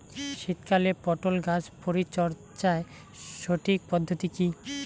শীতকালে পটল গাছ পরিচর্যার সঠিক পদ্ধতি কী?